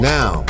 Now